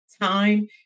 time